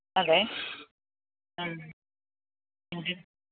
അതെ മ്മ് ഓക്കെ